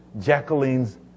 Jacqueline's